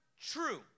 true